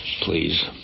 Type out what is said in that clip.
Please